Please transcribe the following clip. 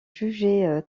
jugée